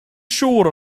siŵr